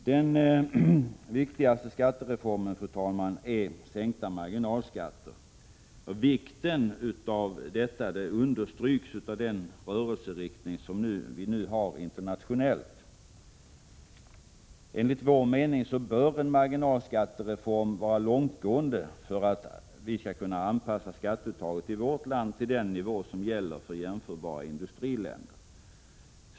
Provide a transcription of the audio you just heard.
Den viktigaste skattereformen är sänkta marginalskatter. Detta understryks av den internationella rörelseriktning som vi nu kan se. Enligt vår mening bör en marginalskattereform vara långtgående för att vi skall kunna anpassa skatteuttaget i vårt land till den nivå som gäller för jämförbara industriländer.